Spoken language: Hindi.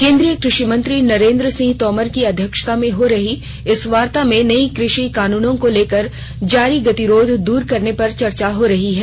केन्द्रीय कृषि मंत्री नरेन्द्र सिंह तोमर की अध्यक्षता में हो रही इस वार्ता में नई कृषि कानूनों को लेकर जारी गतिरोध दूर करने पर चर्चा हो रही है